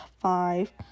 five